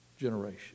generation